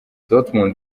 dortmund